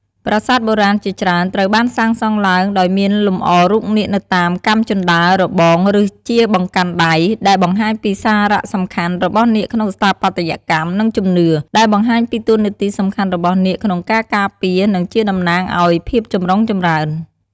ប្រាសាទបុរាណជាច្រើនត្រូវបានសាងសង់ឡើងដោយមានលម្អរូបនាគនៅតាមកាំជណ្ដើរ របង ឬជាបង្កាន់ដៃ ដែលបង្ហាញពីសារៈសំខាន់របស់នាគក្នុងស្ថាបត្យកម្ម និងជំនឿ ដែលបង្ហាញពីតួនាទីសំខាន់របស់នាគក្នុងការការពារ និងជាតំណាងឱ្យភាពចម្រុងចម្រើន។